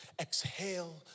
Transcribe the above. Exhale